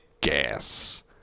gas